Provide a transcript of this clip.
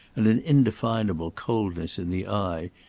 and an indefinable coldness in the eye,